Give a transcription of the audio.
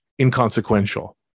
inconsequential